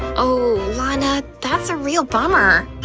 ooh, lana, that's a real bummer.